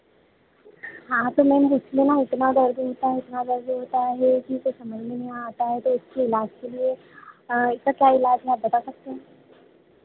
हाँ तो मैम इसमें ना इतना दर्द होता है इतना दर्द होता है कि कुछ समझ में नहीं आता है तो इसके इलाज़ के लिए इसका क्या इलाज है आप बता सकती हैं